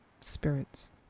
spirits